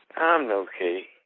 i'm ok